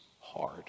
hard